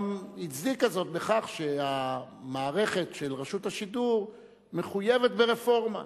גם הצדיקה זאת בכך שהמערכת של רשות השידור מחויבת ברפורמה,